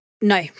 No